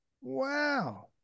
Wow